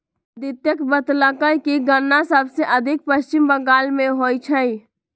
अदित्य बतलकई कि गन्ना सबसे अधिक पश्चिम बंगाल में होई छई